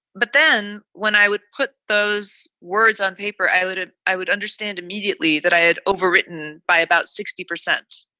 but then when i would put those words on paper, i would ah i would understand immediately that i had overwritten by about sixty percent,